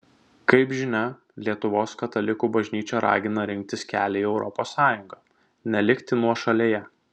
kaip žinia lietuvos katalikų bažnyčia ragina rinktis kelią į europos sąjungą nelikti nuošalėje